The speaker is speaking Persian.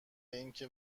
اینکه